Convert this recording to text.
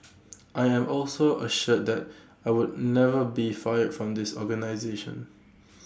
I am also assured that I would never be fired from this organisation